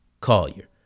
Collier